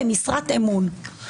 במשרת אמון.